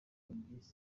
fabrice